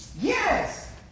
Yes